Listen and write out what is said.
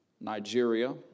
Nigeria